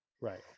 right